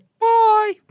Bye